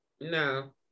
No